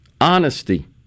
Honesty